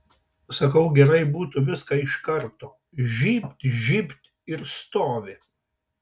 sakau gerai būtų viską iš karto žybt žybt ir stovi